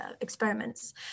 experiments